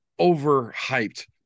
overhyped